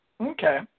Okay